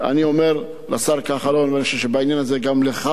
אני אומר לשר כחלון ואני חושב שבעניין הזה גם לך,